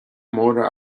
móra